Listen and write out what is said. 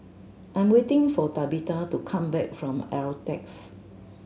I am waiting for Tabetha to come back from Altez